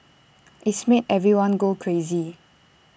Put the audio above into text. it's made everyone go crazy